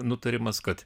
nutarimas kad